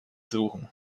suchen